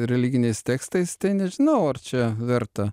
religiniais tekstais tai nežinau ar čia verta